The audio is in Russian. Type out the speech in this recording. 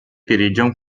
перейдем